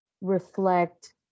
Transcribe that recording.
reflect